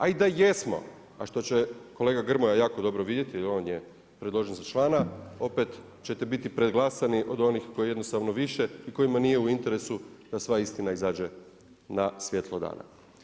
A i da jesmo, a što će kolega Grmoja jako dobro vidjeti, on je predložen za člana, opet ćete biti preglasani od onih kojih je jednostavno više i kojima nije u interesu da sva istina izađe na svjetlo dana.